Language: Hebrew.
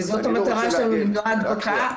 וזו המטרה שלנו - למנוע הדבקה.